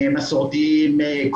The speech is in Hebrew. מסורתיים,